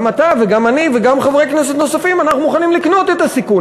גם אתה וגם אני וגם חברי כנסת נוספים: אנחנו מוכנים לקנות את הסיכון,